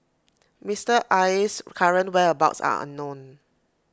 Mister Aye's current whereabouts are unknown